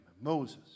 Moses